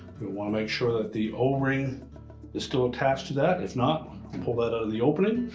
want to make sure that the o-ring is still attached to that, if not pull that out of the opening.